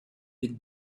with